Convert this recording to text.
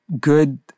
good